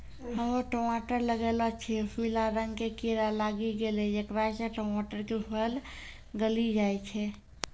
हम्मे टमाटर लगैलो छियै पीला रंग के कीड़ा लागी गैलै जेकरा से टमाटर के फल गली जाय छै?